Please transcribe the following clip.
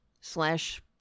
slash